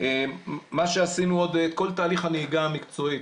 מה שעשינו עוד זה את כל תהליך הנהיגה המקצועית.